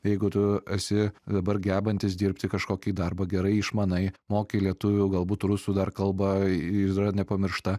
jeigu tu esi dabar gebantis dirbti kažkokį darbą gerai išmanai moki lietuvių galbūt rusų dar kalba yra nepamiršta